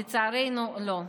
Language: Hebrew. לצערנו לא.